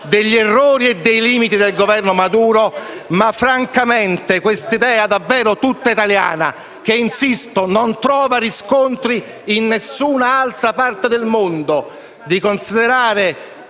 degli errori e dei limiti del Governo Maduro, ma francamente questa idea davvero tutta italiana (che, insisto, non trova riscontri in alcun'altra parte del mondo) di considerare